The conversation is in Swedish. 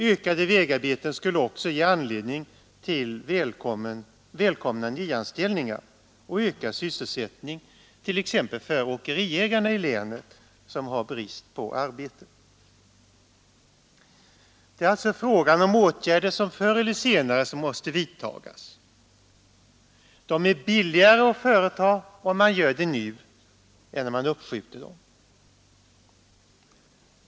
Ökade vägarbeten skulle också ge anledning till välkomna nyanställningar och ökad sysselsättning, t.ex. för åkeriägarna i länet som har brist på arbete. Det är alltså fråga om åtgärder som förr eller senare måste vidtagas. Det blir billigare om man vidtar dem nu än om man uppskjuter dem.